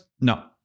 No